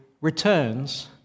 returns